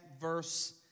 verse